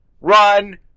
run